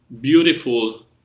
beautiful